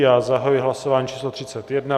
Já zahajuji hlasování číslo 31.